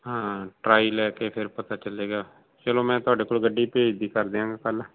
ਹਾਂ ਟਰਾਈ ਲੈ ਕੇ ਫਿਰ ਪਤਾ ਚੱਲੇਗਾ ਚਲੋ ਮੈਂ ਤੁਹਾਡੇ ਕੋਲ ਗੱਡੀ ਭੇਜ ਦੀ ਕਰ ਦਿਆਂਗਾ ਕੱਲ੍ਹ